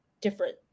different